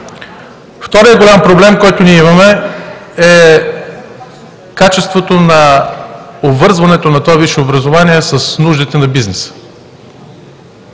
Вторият голям проблем, който ние имаме, е качеството на обвързването на това висше образование с нуждите на бизнеса.